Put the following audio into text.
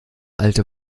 alte